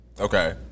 okay